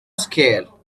skill